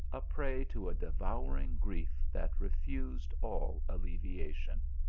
a prey to a devouring grief that refused all alleviation.